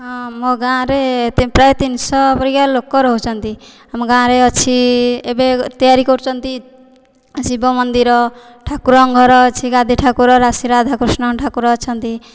ହଁ ମୋ ଗାଁରେ ପ୍ରାୟ ତିନିଶହ ପରିକା ଲୋକ ରହୁଛନ୍ତି ଆମ ଗାଁରେ ଅଛି ଏବେ ତିଆରି କରୁଛନ୍ତି ଶିବ ମନ୍ଦିର ଠାକୁରଙ୍କ ଘର ଅଛି ଗାଦି ଠାକୁର ଶ୍ରୀ ରାଧାକୃଷ୍ଣ ଠାକୁର ଅଛନ୍ତି